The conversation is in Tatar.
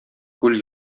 күл